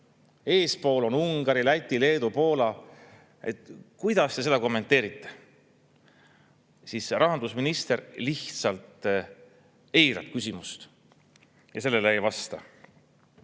eespool on Ungari, Läti, Leedu ja Poola, kuidas te seda kommenteerite, siis rahandusminister lihtsalt eiras küsimust ja ei vastanud